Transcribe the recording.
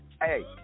Hey